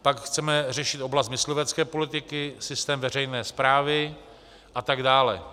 Pak chceme řešit oblast myslivecké politiky, systém veřejné správy a tak dále.